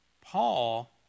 Paul